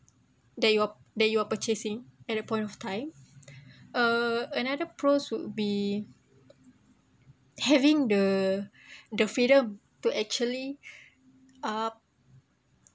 that you are that you are purchasing at the point of time uh another pros would be having the the freedom to actually ah